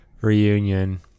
reunion